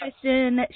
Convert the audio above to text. question